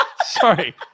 Sorry